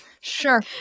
Sure